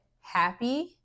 happy